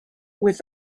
with